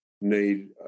need